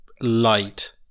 light